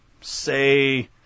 say